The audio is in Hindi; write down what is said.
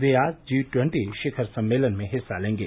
वे आज जी टवन्टी शिखर सम्मेलन में हिस्सा लेंगे